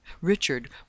Richard